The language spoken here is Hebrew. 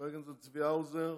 חבר הכנסת צבי האוזר,